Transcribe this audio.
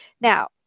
Now